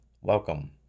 welcome